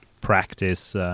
practice